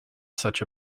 such